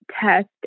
test